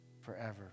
forever